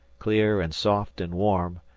clear and soft and warm,